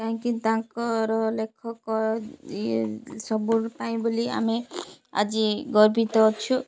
କାହିଁକି ତାଙ୍କର ଲେଖକ ସବୁ ପାଇଁ ବୋଲି ଆମେ ଆଜି ଗର୍ବିତ ଅଛୁ